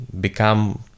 Become